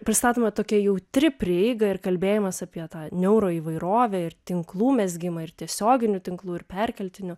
pristatoma tokia jautri prieiga ir kalbėjimas apie tą niauroįvairovę ir tinklų mezgimą ir tiesioginių tinklų ir perkeltinių